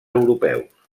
europeus